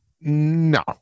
no